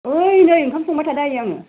ओइ नै ओंखाम संबाय थादों आइयै आङो